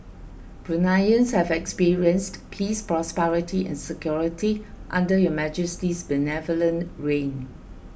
Bruneians have experienced peace prosperity and security under Your Majesty's benevolent reign